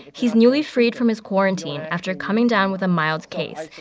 he's newly freed from his quarantine after coming down with a mild case.